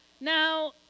Now